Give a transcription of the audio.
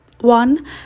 one